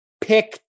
Pick